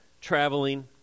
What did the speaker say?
traveling